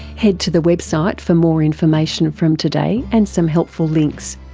head to the website for more information from today and some helpful links.